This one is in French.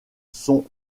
sont